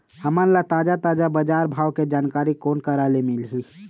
हमन ला ताजा ताजा बजार भाव के जानकारी कोन करा से मिलही?